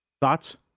Thoughts